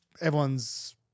everyone's